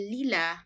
Lila